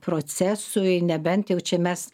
procesui nebent jau čia mes